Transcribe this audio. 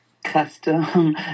custom